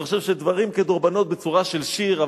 אני חושב שדברים כדרבונות בצורה של שיר,